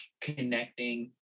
connecting